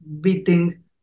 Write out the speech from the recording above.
beating